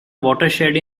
watershed